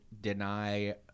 deny